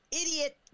idiot